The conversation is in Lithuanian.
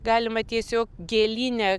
galima tiesiog gėlyne